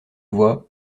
voie